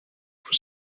for